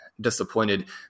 disappointed